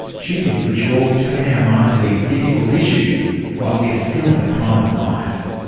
she thinks we should all turn our mind to these difficult issues while we are still in the prime of life.